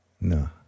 No